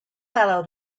fellow